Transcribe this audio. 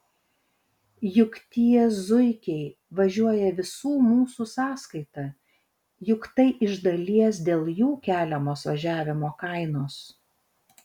juk tie zuikiai važiuoja visų mūsų sąskaita juk tai iš dalies dėl jų keliamos važiavimo kainos